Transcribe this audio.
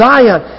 Zion